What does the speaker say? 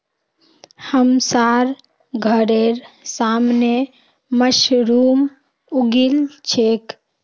हमसार घरेर सामने मशरूम उगील छेक